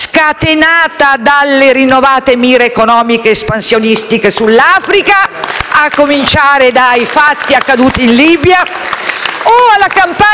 scatenata dalle rinnovate mire economiche ed espansionistiche sull'Africa, a cominciare dai fatti accaduti in Libia, o la campagna